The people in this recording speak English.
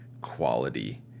quality